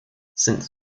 since